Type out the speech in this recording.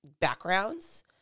backgrounds